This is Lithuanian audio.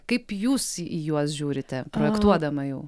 kaip jūs į juos žiūrite projektuodama jau